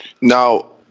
Now